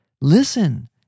Listen